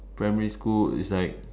primary school it's like